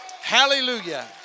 Hallelujah